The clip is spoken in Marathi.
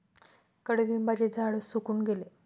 कडुलिंबाचे झाड सुकून गेले